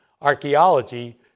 archaeology